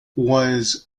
was